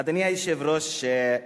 אדוני היושב-ראש,